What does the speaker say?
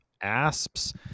asps